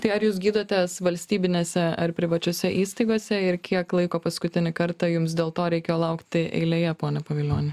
tai ar jūs gydotės valstybinėse ar privačiose įstaigose ir kiek laiko paskutinį kartą jums dėl to reikėjo laukti eilėje pone pavilioni